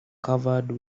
covered